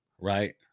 right